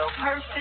person